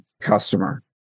customer